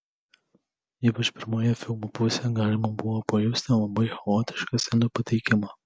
ypač pirmoje filmo pusėje galima buvo pajusti labai chaotišką scenų pateikimą